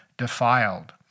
defiled